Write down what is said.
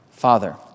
Father